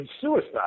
suicide